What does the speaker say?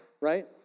right